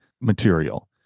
material